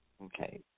Okay